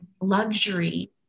luxury